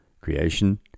creation